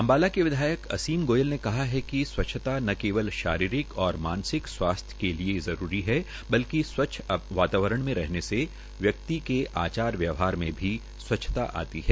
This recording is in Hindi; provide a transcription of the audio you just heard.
अम्बाला के विधायक असीम गोयल ने कहा है कि स्वच्छता ने केवल शारीरिक और मानसिक स्वास्थ्य के लिए जरूरी है बल्कि स्वच्छ वातावरण मे रहने से व्यक्ति में आचार व्यवहार में भी स्वच्छता आती है